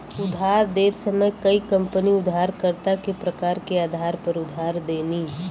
उधार देत समय कई कंपनी उधारकर्ता के प्रकार के आधार पर उधार देनी